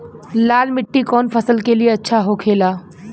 लाल मिट्टी कौन फसल के लिए अच्छा होखे ला?